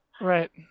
right